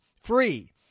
free